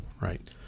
Right